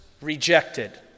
rejected